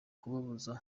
kubabuza